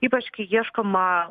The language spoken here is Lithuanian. ypač kai ieškoma